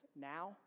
now